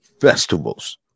festivals